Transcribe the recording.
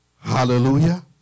Hallelujah